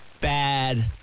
bad –